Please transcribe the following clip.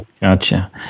Gotcha